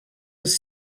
was